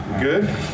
good